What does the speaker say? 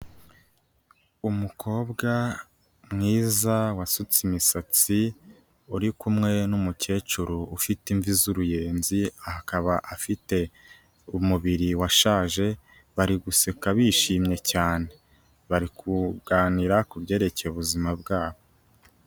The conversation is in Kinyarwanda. umukobwa mwiza wasutse imisatsi, uri kumwe n'umukecuru ufite imvi z'uruyenzi akaba afite umubiri washaje, bari guseka bishimye cyane, bari kuganira kubyerekeye ubuzima bwabo.